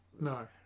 No